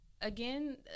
again